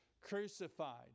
crucified